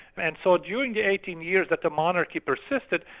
and so during the eighteen years that the monarchy persisted,